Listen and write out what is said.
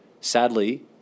Sadly